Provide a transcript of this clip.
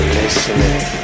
listening